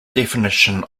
definition